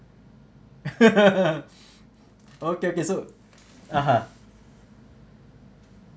okay okay so (uh huh)